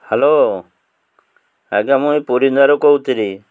hello ଆଜ୍ଞା ମୁଁ ଏଇ ପୁରୀନ୍ଦାରୁ କହୁଥିଲି